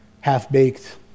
half-baked